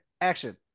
action